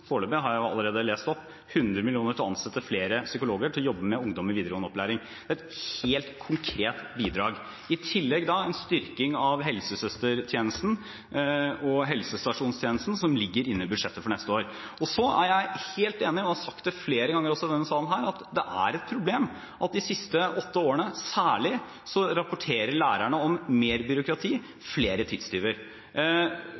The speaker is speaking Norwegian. har jeg allerede lest opp – 100 mill. kr til å ansette flere psykologer til å jobbe med ungdom i videregående opplæring. Det er et helt konkret bidrag. I tillegg ligger en styrking av helsesøstertjenesten og helsestasjonstjenesten inne i budsjettet for neste år. Så er jeg helt enig i – og jeg har sagt det flere ganger i denne salen – at det er et problem at særlig de siste åtte årene har lærerne rapportert om mer byråkrati